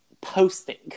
posting